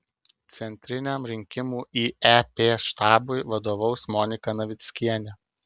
centriniam rinkimų į ep štabui vadovaus monika navickienė